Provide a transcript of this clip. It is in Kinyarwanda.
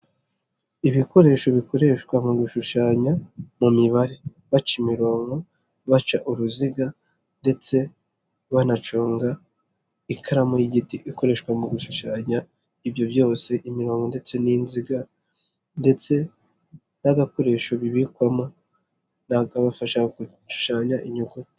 Ibikoresho bikoreshwa mu gushushanya mu mibare baca imirongonko, baca uruziga, ndetse banaconga ikaramu y'igiti ikoreshwa mu gushushanya ibyo byose imirongo ndetse n'inziga ndetse n'agakoresho bibikwamo'akabafasha gushushanya inyuguti.